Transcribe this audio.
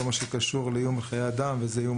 כל מה שקשור לאיום על חיי אדם וזה איום